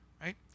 Right